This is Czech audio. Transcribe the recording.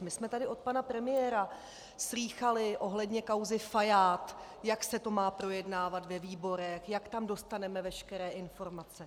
My jsme tady od pana premiéra slýchali ohledně kauzy Fajád, jak se to má projednávat ve výborech, jak tam dostaneme veškeré informace.